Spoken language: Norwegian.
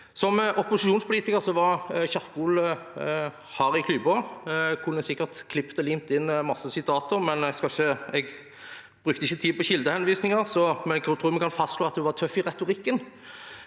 Som opposisjonspolitiker var Kjerkol hard i klypa. Jeg kunne sikkert ha klipt og limt inn mange sitater, men jeg brukte ikke tid på kildehenvisninger. Likevel tror jeg vi kan fastslå at hun var tøff i retorikken.